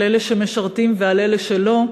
על אלה שמשרתים ועל אלה שלא,